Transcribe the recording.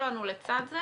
אבל התפקיד שלנו לצד זה